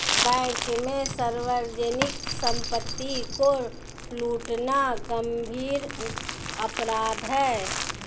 bank में सार्वजनिक सम्पत्ति को लूटना गम्भीर अपराध है